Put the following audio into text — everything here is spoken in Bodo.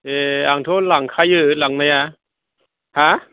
ए आंथ' लांखायो लांनाया हा